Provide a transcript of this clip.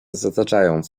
zataczając